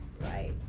Right